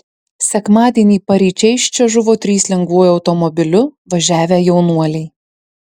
sekmadienį paryčiais čia žuvo trys lengvuoju automobiliu važiavę jaunuoliai